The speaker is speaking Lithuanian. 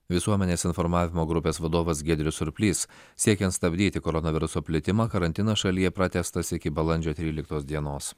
visuomenės informavimo grupės vadovas giedrius surplys siekiant stabdyti koronaviruso plitimą karantinas šalyje pratęstas iki balandžio tryliktos dienos